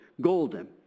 golden